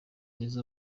mwiza